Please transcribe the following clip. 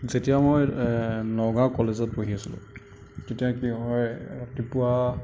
যেতিয়া মই নগাঁও কলেজত পঢ়ি আছিলোঁ তেতিয়া কি হয় ৰাতিপুৱা